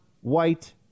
white